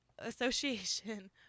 Association